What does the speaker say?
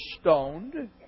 stoned